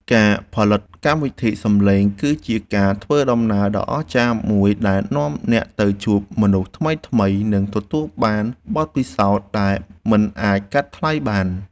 ការផលិតកម្មវិធីសំឡេងគឺជាការធ្វើដំណើរដ៏អស្ចារ្យមួយដែលនាំអ្នកទៅជួបមនុស្សថ្មីៗ និងទទួលបានបទពិសោធន៍ដែលមិនអាចកាត់ថ្លៃបាន។